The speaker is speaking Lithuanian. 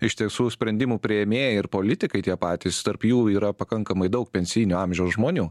iš tiesų sprendimų priėmėjai ir politikai tie patys tarp jų yra pakankamai daug pensijinio amžiaus žmonių